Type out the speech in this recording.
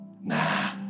Nah